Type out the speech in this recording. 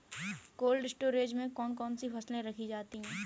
Cold storage में कौन कौन सी फसलें रखी जाती हैं?